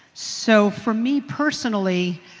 so for me personally,